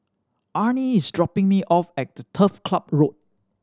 Arne is dropping me off at the Turf Club Road